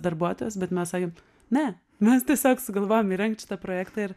darbuotojos bet mes sakėm ne mes tiesiog sugalvojom įrengt šitą projektą ir